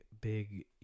big